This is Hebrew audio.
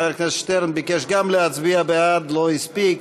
חבר הכנסת שטרן ביקש גם להצביע בעד, לא הספיק.